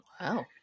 Wow